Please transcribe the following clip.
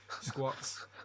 squats